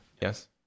Yes